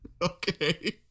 okay